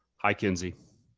hi, kenzie.